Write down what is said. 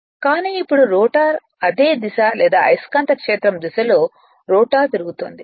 కానీ ఇప్పుడు రోటర్ అదే దిశ లేదా అయస్కాంత క్షేత్రం దిశలో రోటర్ తిరుగుతోంది